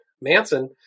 Manson